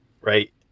right